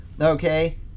Okay